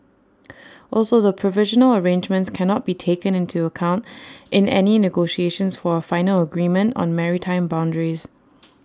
also the provisional arrangements cannot be taken into account in any negotiations for A final agreement on maritime boundaries